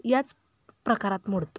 याच प्रकारात मोडतं